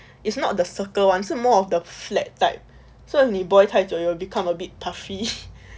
is not the circle one 是 more of the flat type so 你 boil 太久 you will become a bit puffy